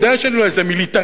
הוא יודע שאני לא איזה מיליטריסט